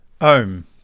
Ohm